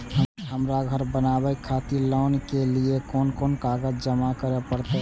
हमरा घर बनावे खातिर लोन के लिए कोन कौन कागज जमा करे परते?